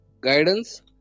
guidance